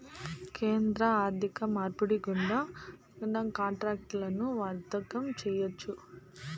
కేంద్ర ఆర్థిక మార్పిడి గుండా కాంట్రాక్టులను వర్తకం చేయొచ్చు